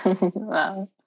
Wow